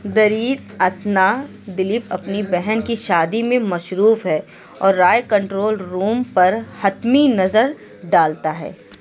دریں اثنا دلیپ اپنی بہن کی شادی میں مصروف ہے اور رائے کنٹرول روم پر حتمی نظر ڈالتا ہے